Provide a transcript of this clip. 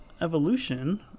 Evolution